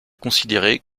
considéré